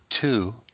two